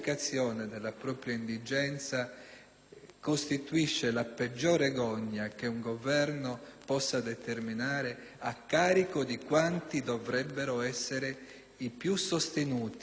costituisce la peggiore gogna che un Governo possa determinare a carico di quanti dovrebbero essere i più sostenuti, i più aiutati, per l'appunto i deboli.